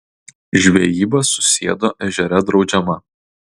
žvejyba susiedo ežere draudžiama